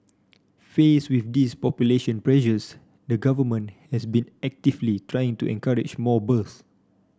face with these population pressures the Government has been actively trying to encourage more birth